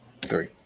three